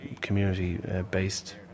community-based